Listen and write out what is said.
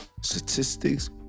Statistics